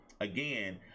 again